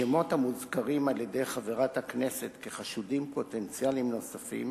השמות הנזכרים על-ידי חברת הכנסת כחשודים פוטנציאליים נוספים